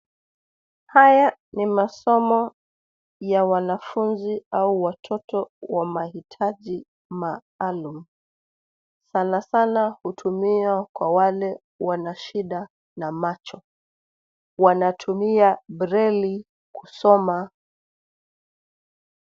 Haya ni masomo ya wanafunzi au watoto wa mahitaji maalum, sanasana hutumiwa kwa wale wana shida na macho. Wanatumia breli kusoma.